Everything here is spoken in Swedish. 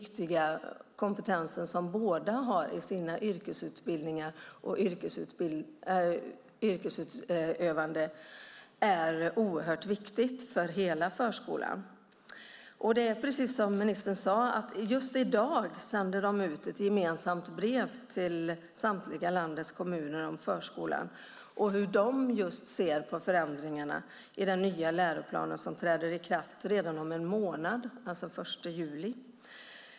Kompetensen som båda har i sina yrkesutbildningar och i sitt yrkesutövande är viktig för hela förskolan. Precis som ministern sade sänder de i dag ut ett gemensamt brev till samtliga landets kommuner om förskolan och hur de ser på förändringarna i den nya läroplanen som träder i kraft redan om en månad, den 1 juli.